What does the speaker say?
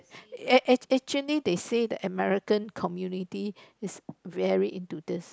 act~ actually they said that American community is very into this